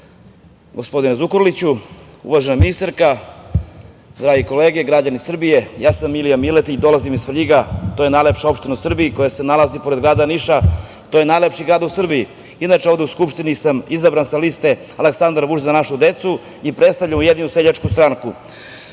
gospodine Zukorliću. Uvažena ministarka, drage kolege, građani Srbije, ja sam Milija Miletić, dolazim iz Svrljiga. To je najlepša opština u Srbiji koja se nalazi pored grada Niša. To je najlepši grad u Srbiji. Inače, ovde u Skupštini sam izabran sa liste Aleksandar Vučić – Za našu decu i predstavljam Ujedinjenu seljačku stranku. Kao